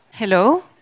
hello